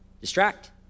distract